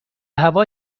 هوا